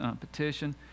petition